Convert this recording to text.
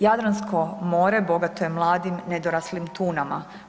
Jadransko more bogato je mladim, nedoraslim tunama.